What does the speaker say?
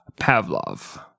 Pavlov